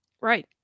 Right